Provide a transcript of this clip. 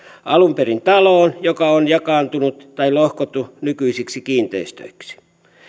alun perin taloon joka on jakaantunut tai lohkottu nykyisiksi kiinteistöiksi